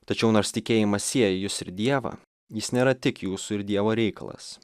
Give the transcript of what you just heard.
tačiau nors tikėjimas sieja jus ir dievą jis nėra tik jūsų ir dievo reikalas